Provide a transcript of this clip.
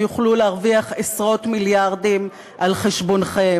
יוכלו להרוויח עשרות מיליארדים על-חשבונכם.